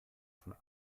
von